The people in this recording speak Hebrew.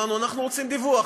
אמרנו: אנחנו רוצים דיווח.